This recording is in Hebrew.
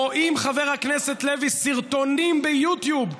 רואים, חבר הכנסת לוי, סרטונים ביוטיוב.